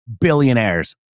billionaires